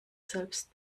selbst